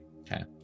Okay